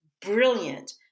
brilliant